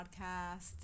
podcast